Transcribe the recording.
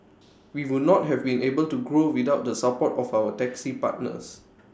we would not have been able to grow without the support of our taxi partners